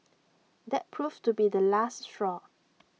that proved to be the last straw